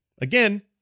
again